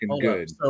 good